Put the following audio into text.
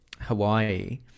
Hawaii